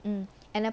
mm and I